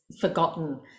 forgotten